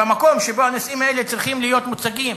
במקום שבו הנושאים האלה צריכים להיות מוצגים.